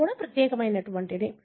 కి ప్రత్యేకమైనది